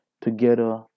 together